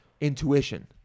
intuition